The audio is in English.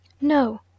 No